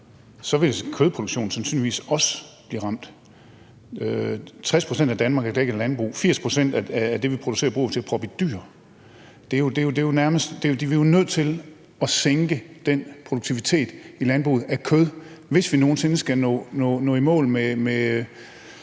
vil kødproduktionen sandsynligvis også blive ramt. 60 pct. af Danmark er dækket af landbrug. 80 pct. af det, vi producerer, bruger vi til at proppe i dyr. Vi er jo nødt til at sænke den produktion af kød i landbruget, hvis vi nogen sinde skal nå i mål med